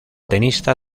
tenista